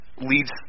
leads